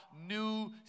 new